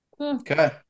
Okay